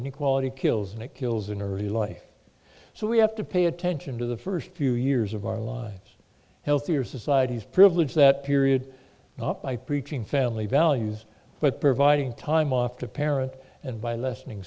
inequality kills and it kills in early life so we have to pay attention to the first few years of our lives healthier societies privilege that period not by preaching family values but providing time off to parent and by lessening